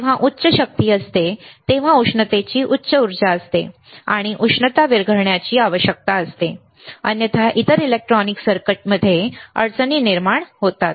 जेव्हा उच्च शक्ती असते तेव्हा उष्णतेची उच्च ऊर्जा असते आणि उष्णता विरघळण्याची आवश्यकता असते अन्यथा इतर इलेक्ट्रॉनिक सर्किटमध्ये अडचणी निर्माण होतात